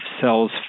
cells